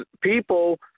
people